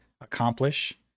accomplish